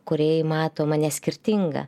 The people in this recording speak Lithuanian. kūrėjai mato mane skirtingą